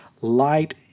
light